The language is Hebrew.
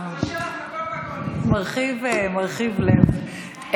מרחיב לב.